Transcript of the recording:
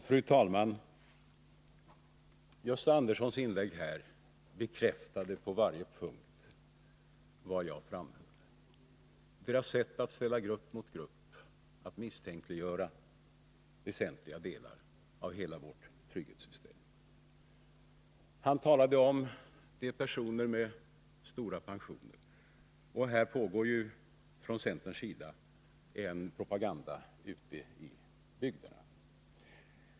Fru talman! Gösta Anderssons inlägg bekräftade på varje punkt vad jag framhöll om centerns sätt att ställa grupp mot grupp och att misstänkliggöra väsentliga delar av hela vårt trygghetssystem. Han talade om grupper med stora pensioner — och här pågår från centerns sida en propaganda ute i bygderna.